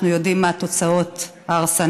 אנחנו יודעים מה התוצאות ההרסניות.